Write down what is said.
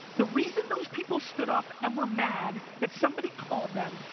the reason those people stood up, and were mad, that somebody called them,